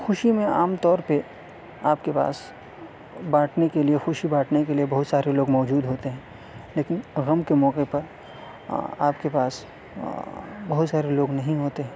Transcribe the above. خوشی میں عام طور پہ آپ کے پاس باٹنے کے لیے خوشی باٹنے کے لیے بہت سارے لوگ موجود ہوتے ہیں لیکن غم کے موقعے پر آپ کے پاس بہت سارے لوگ نہیں ہوتے